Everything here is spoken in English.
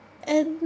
and